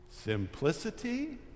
Simplicity